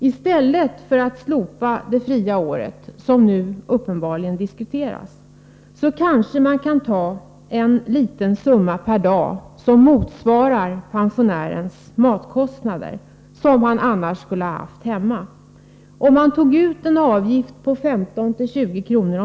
I stället för att slopa systemet med det fria året, något som uppenbarligen diskuteras, kanske man kunde ta ut en liten summa per dag motsvarande de kostnader för mat som pensionären skulle ha haft om han vore hemma. Om man tar ut en avgift på 15-20 kr.